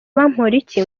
bamporiki